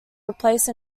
replace